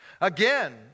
Again